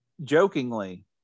jokingly